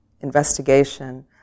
investigation